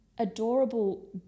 adorable